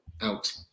out